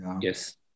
Yes